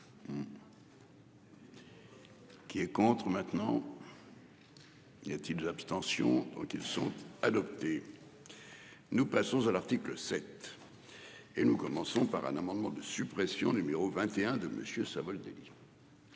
Qui est contre maintenant. Y a-t-il abstention donc ils sont adoptés. Nous passons de l'article 7. Et nous commençons par un amendement de suppression numéro 21 de monsieur Savoldelli.